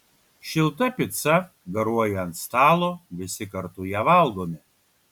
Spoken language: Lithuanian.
šilta pica garuoja ant stalo visi kartu ją valgome